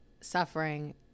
suffering